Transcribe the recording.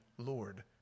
Lord